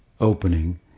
opening